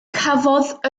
cafodd